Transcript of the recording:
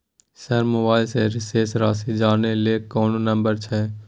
Sir mobile से शेस राशि जानय ल कोन नंबर छै?